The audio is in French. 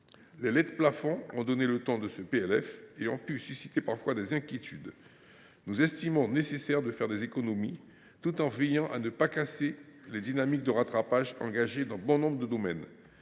Les lettres plafond, qui ont donné le ton de ce PLF, ont pu susciter quelques inquiétudes. Nous estimons qu’il est nécessaire de faire des économies tout en veillant à ne pas casser les dynamiques de rattrapage engagées dans bon nombre de domaines.